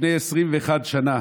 לפני 21 שנה